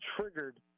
triggered